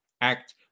Act